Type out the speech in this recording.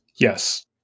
Yes